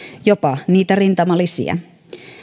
jopa niitä rintamalisiä